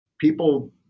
People